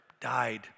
died